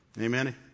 Amen